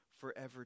forever